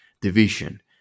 division